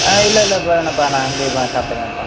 இல்லை இல்லை வேணாம்ப்பா நான் அங்கே நான் சாப்பிட்டுக்குறன்ப்பா